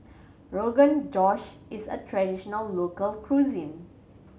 Rogan Josh is a traditional local cuisine